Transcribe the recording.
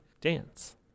dance